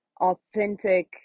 authentic